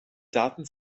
daten